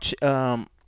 watch –